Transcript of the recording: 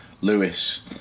Lewis